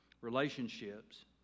relationships